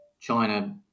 China